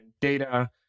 data